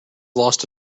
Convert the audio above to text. lost